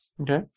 Okay